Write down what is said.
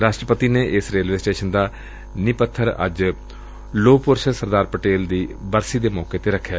ਰਾਸਟਰਪਤੀ ਨੇ ਏਸ ਰੇਲਵੇ ਸਟੇਸ਼ਨ ਦਾ ਨੀਂਹ ਪੱਬਰ ਅੱਜ ਲੋਹ ਪੁਰਸ਼ ਸਰਦਾਰ ਪਟੇਲ ਦੀ ਬਰਸੀ ਮੌਕੇ ਰਖਿਐ